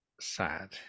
sad